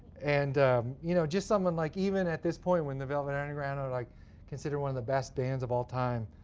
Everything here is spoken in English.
and you know just someone like even at this point, when the velvet underground are like considered one of the best bands of all time,